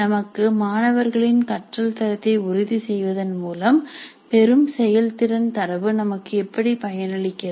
நமக்கு மாணவர்களின் கற்றல் தரத்தை உறுதி செய்வதன் மூலம் பெரும் செயல்திறன் தரவு நமக்கு எப்படி பயனளிக்கிறது